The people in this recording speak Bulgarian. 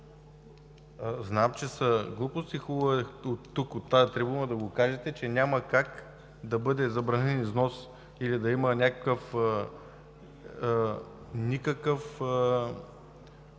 Знам, че са глупости. Хубаво е тук от тази трибуна да кажете, че няма как да бъде забранен износът, или никаква